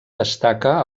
destaca